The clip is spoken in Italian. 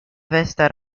festa